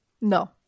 No